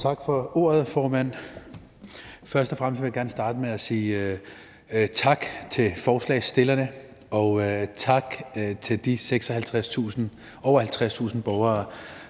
Tak for ordet, formand. Først og fremmest vil jeg gerne starte med at sige tak til forslagsstillerne og tak til de 56.000 – over 50.000 – borgere,